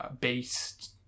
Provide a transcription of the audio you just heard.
based